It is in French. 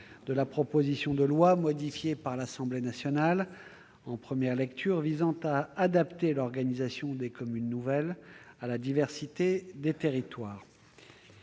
de la proposition de loi, modifiée par l'Assemblée nationale en première lecture, visant à adapter l'organisation des communes nouvelles à la diversité des territoires